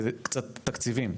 תקציבים.